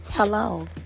Hello